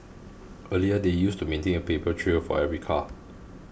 earlier they used to maintain a paper trail for every car